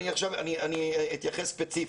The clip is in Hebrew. אני אתייחס ספציפית.